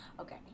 Okay